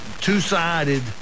two-sided